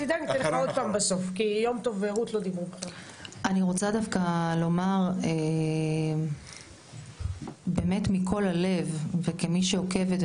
אני דווקא רוצה לומר באמת מכל הלב וכמי שעוקבת,